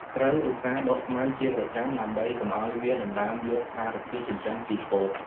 ត្រូវឧស្សាហ៍ដកស្មៅជាប្រចាំដើម្បីកុំឱ្យវាដណ្តើមយកសារធាតុចិញ្ចឹមពីពោត។